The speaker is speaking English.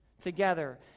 together